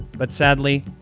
but sadly,